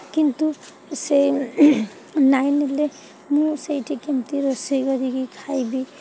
କିନ୍ତୁ ସେ ନାଇଁ ନେଲେ ମୁଁ ସେଇଠି କେମିତି ରୋଷେଇ କରିକି ଖାଇବି